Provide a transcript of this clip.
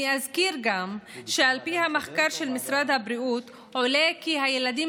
אני אזכיר גם שמהמחקר של משרד הבריאות עולה כי ילדים